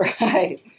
Right